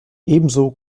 ebenso